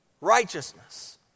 righteousness